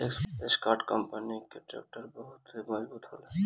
Escort company कअ tractor बहुते मजबूत होला